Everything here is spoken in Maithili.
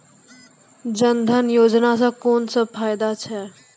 जनधन योजना सॅ कून सब फायदा छै?